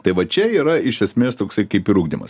tai va čia yra iš esmės toksai kaip ir ugdymas